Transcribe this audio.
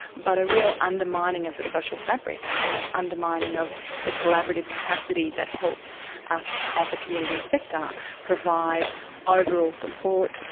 but a real undermining of the social fabric, a real undermining of the collaborative capacity that helps us as a community sector provide overall support,